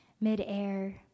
mid-air